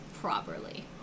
properly